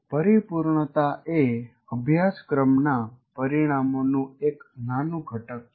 પરિપૂર્ણતા એ અભ્યાસક્રમના પરિણામોનું એક નાનું ઘટક છે